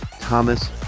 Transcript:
Thomas